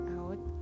out